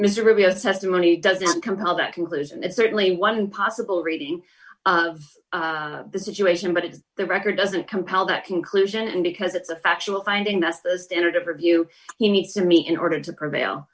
previous testimony doesn't compel that conclusion it's certainly one possible reading of the situation but it's the record doesn't compel that conclusion and because it's a factual finding that's the standard of review you need to meet in order to prevail